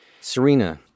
Serena